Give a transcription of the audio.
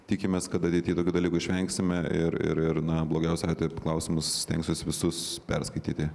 tikimės kad ateity tokių dalykų išvengsime ir ir ir na blogiausiu atveju klausimus stengsiuos visus perskaityti